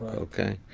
ok?